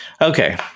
Okay